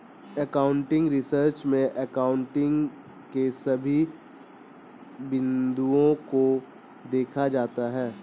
accounting research में accounting के सभी बिंदुओं को देखा जाता है